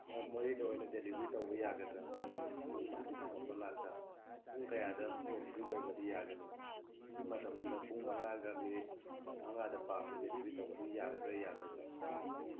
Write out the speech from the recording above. ꯃꯣꯔꯦꯗ ꯑꯣꯏꯅ ꯗꯦꯂꯤꯚꯔꯤ ꯇꯧꯕ ꯌꯥꯒꯗ꯭ꯔꯥ ꯑꯩꯈꯣꯏ ꯃꯁꯖꯤꯠ ꯃꯅꯥꯛꯇ ꯄꯨꯡ ꯀꯌꯥꯗ ꯗꯦꯂꯤꯚꯔꯤ ꯇꯧꯕꯗꯤ ꯌꯥꯒꯅꯤ ꯁꯤ ꯃꯇꯝꯗ ꯄꯨꯡ ꯃꯉꯥꯒ ꯃꯤꯅꯤꯠ ꯃꯉꯥꯗ ꯄꯥꯝꯃꯤ ꯗꯦꯂꯤꯚꯔꯤ ꯇꯧꯕꯗꯣ ꯌꯥꯒꯗ꯭ꯔꯥ ꯌꯥꯔꯣꯏꯗ꯭ꯔꯥ